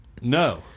No